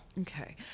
Okay